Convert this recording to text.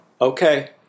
okay